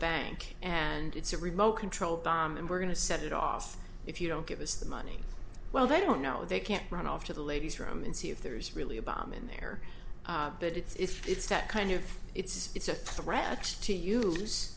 bank and it's a remote controlled bomb and we're going to set it off if you don't give us the money well they don't know they can't run off to the ladies room and see if there is really a bomb in there but it's it's that kind of it's it's a threat to